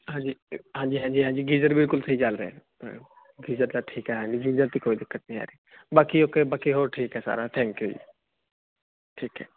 ਹਾਂਜੀ ਹਾਂਜੀ ਗੀਜ਼ਰ ਬਿਲਕੁਲ ਤੁਸੀਂ ਚੱਲ ਰਹੇ ਬਾਕੀ ਓਕੇ ਬਾਕੀ ਹੋਰ ਠੀਕ ਏ ਸਾਰਾ ਥੈਂਕ ਯੂ ਜੀ ਠੀਕ ਏ